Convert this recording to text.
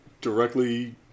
Directly